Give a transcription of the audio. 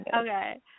Okay